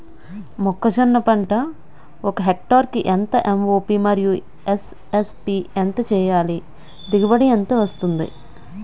మొక్కజొన్న పంట ఒక హెక్టార్ కి ఎంత ఎం.ఓ.పి మరియు ఎస్.ఎస్.పి ఎంత వేయాలి? దిగుబడి ఎంత వస్తుంది?